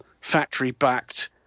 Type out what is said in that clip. factory-backed